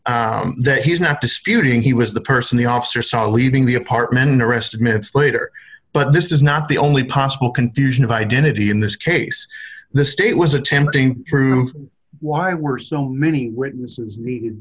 that he's not disputing he was the person the officer saw leaving the apartment and arrested minutes later but this is not the only possible confusion of identity in this case the state was attempting to prove why were so many witnesses needed